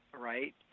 right